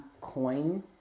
coin